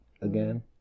again